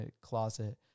closet